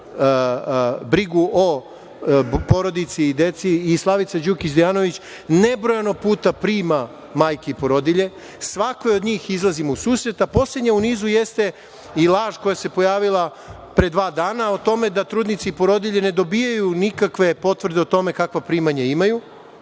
za brigu o porodici i deci i Slavica Đukić Dejanović nebrojano puta prima majke i porodilje. Svakoj od njih izlazimo u susret, a poslednja u nizu jeste i laž koja se pojavila pre dva dana o tome da trudnice i porodilje ne dobijaju nikakve potvrde o tome kakva primanja imaju